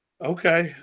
Okay